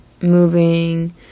moving